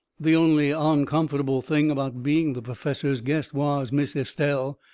the only oncomfortable thing about being the perfessor's guest was miss estelle.